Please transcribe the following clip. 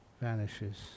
vanishes